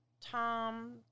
Tom